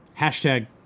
Hashtag